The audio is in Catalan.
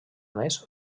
més